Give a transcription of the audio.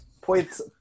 points